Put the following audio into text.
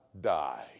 die